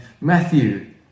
Matthew